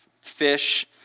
fish